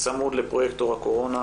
צמוד לפרויקטור הקורונה,